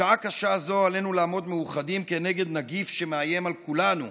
בשעה קשה זו עלינו לעמוד מאוחדים כנגד נגיף שמאיים על כולנו,